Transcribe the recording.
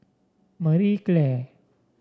Marie Claire